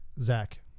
Zach